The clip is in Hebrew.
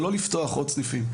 זה לא לפתוח עוד סניפים.